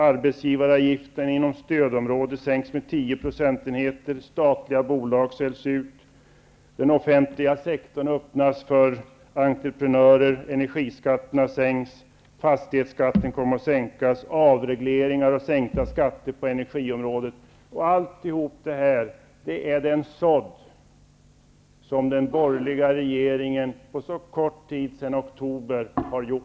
Arbetsgivaravgiften inom stödområde sänks med 10 procentenheter. Statliga bolag säljs ut. Den offentliga sektorn öppnas för entreprenörer. Energiskatterna sänks. Fastighetsskatten kommer att sänkas. Det blir avregleringar och sänkta skatter på energiområdet. Allt detta är vad den borgerliga regeringen har sått på en så kort tid som sedan oktober.